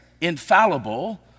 infallible